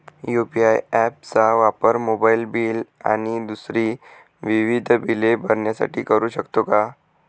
UPI app चा वापर mobile bill आणि दुसरी विविध बिले भरण्यासाठी करू शकतो का?